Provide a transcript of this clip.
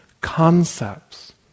concepts